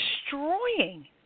destroying